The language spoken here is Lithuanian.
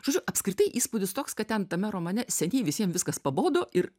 žodžiu apskritai įspūdis toks kad ten tame romane seniai visiem viskas pabodo ir